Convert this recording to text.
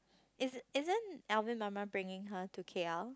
isn~ isn't Alvin mama bringing her to K_L